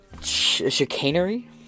Chicanery